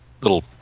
little